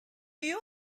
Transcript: you